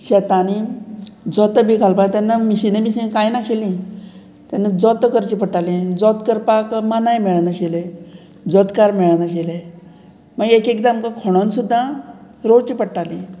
शेतांनी जोतां बी घालपा तेन्ना मिशिनां बिशिनां कांय नाशिल्लीं तेन्ना जोतां करचीं पडटालीं जोत करपाक मानाय मेळनाशिल्ले जोतकार मेळनाशिल्ले मागीर एकएकदां आमकां खणून सुद्दां रोंवची पडटाली